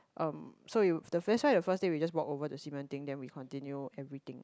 uh so you that's why the first day we just walk over to Ximending then we continue everything